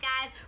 guys